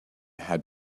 had